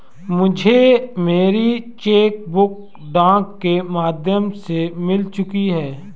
मुझे मेरी cheque book डाक के माध्यम से मिल चुकी है